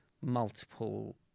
multiple